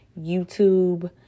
YouTube